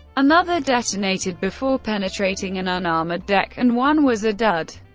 another detonated before penetrating an unarmored deck, and one was a dud.